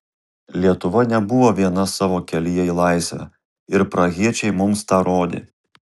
lietuva nebuvo viena savo kelyje į laisvę ir prahiečiai mums tą rodė